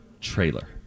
trailer